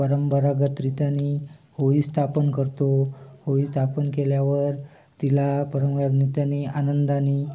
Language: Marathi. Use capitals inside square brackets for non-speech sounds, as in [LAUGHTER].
परंपरागत रीतीने होळी स्थापन करतो होळी स्थापन केल्यावर तिला [UNINTELLIGIBLE] आनंदाने